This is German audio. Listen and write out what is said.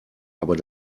aber